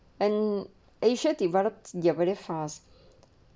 and asia developed ya very fast